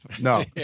No